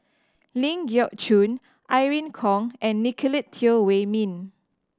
Ling Geok Choon Irene Khong and Nicolette Teo Wei Min